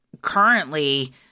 currently